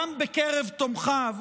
גם בקרב תומכיו,